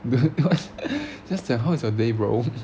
just 讲 how is your day bro